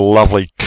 lovely